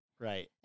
Right